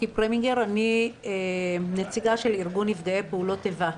אני נציגה של ארגון נפגעי פעולות איבה.